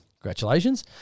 congratulations